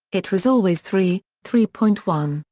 it was always three, three point one,